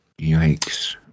Yikes